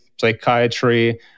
psychiatry